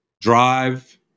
Drive